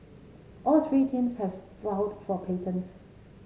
all three teams have for patents